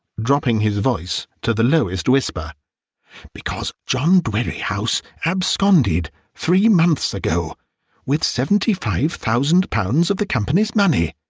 dropping his voice to the lowest whisper o because john dwerrihouse absconded three months ago with seventy-five thousand pounds of the company's money,